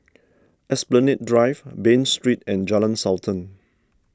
Esplanade Drive Bain Street and Jalan Sultan